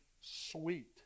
sweet